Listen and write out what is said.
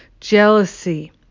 jealousy